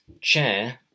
chair